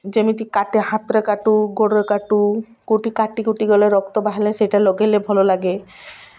ଯେମିତି କାଟେ ହାତରେ କାଟୁ ଗୋଡ଼ରେ କାଟୁ କେଉଁଠି କାଟି କୁଟି ଗଲେ ରକ୍ତ ବାହାରିଲେ ସେଇଟା ଲଗାଇଲେ ଭଲ ଲାଗେ